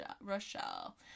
Rochelle